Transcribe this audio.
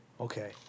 Okay